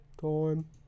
time